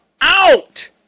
out